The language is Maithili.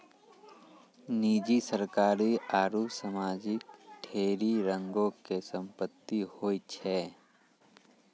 निजी, सरकारी आरु समाजिक ढेरी रंगो के संपत्ति होय छै